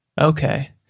Okay